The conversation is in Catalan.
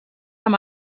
amb